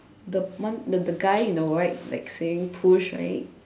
the one the the guy in the white like saying push right